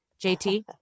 JT